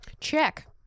Check